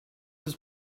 his